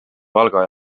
valga